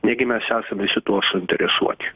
negi mes esam visi tuo suinteresuoti